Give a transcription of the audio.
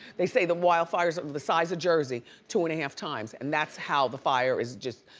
they say the wildfires are the size of jersey two and a half times, and that's how the fire is just,